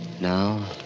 Now